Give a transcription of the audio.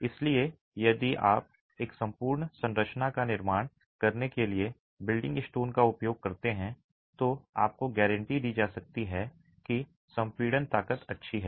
इसलिए यदि आप एक संपूर्ण संरचना का निर्माण करने के लिए बिल्डिंग स्टोन का उपयोग करते हैं तो आपको गारंटी दी जा सकती है कि संपीड़न ताकत अच्छी है